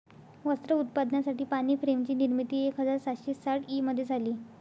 वस्त्र उत्पादनासाठी पाणी फ्रेम ची निर्मिती एक हजार सातशे साठ ई मध्ये झाली